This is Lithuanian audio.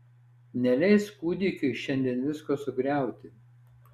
neleis kūdikiui šiandien visko sugriauti